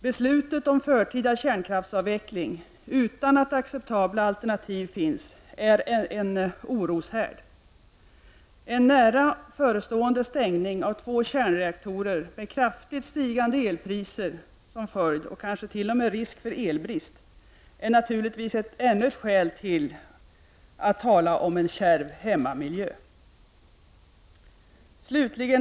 Beslutet om förtida kärnkraftsavveckling utan att det finns acceptabla alternativ är en oroshärd. En nära förestående stängning av två kärnreaktorer med kraftigt stigande elpriser som följd — och kanske t.o.m. risk för elbrist — är naturligtvis ännu ett skäl till att tala om ”kärv hemmamiljö”.